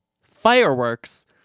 fireworks